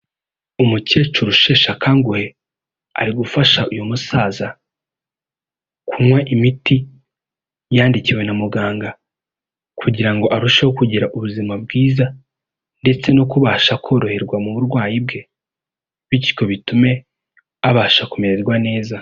Umukecuru usheshe akanguhe ari gufasha uyu musaza kunywa imiti yandikiwe na muganga kugira ngo arusheho kugira ubuzima bwiza, ndetse no kubasha koroherwa mu burwayi bwe, bityo bitume abasha kumererwa neza.